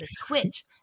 Twitch